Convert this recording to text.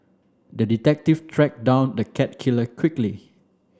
the detective tracked down the cat killer quickly